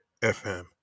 FM